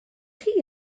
chi